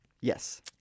Yes